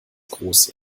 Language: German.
große